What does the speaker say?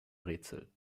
rätsel